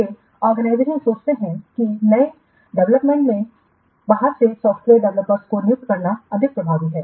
ये ऑर्गेनाइजेशन सोचते हैं कि नए डेवलपमेंट के लिए बाहर के सॉफ्टवेयर डेवलपर्स को नियुक्त करना अधिक प्रभावी है